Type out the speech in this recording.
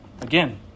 Again